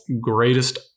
greatest